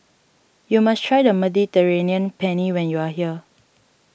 you must try the Mediterranean Penne when you are here